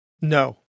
No